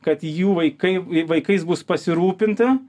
kad jų vaikai vaikais bus pasirūpinta